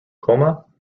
coma